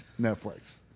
Netflix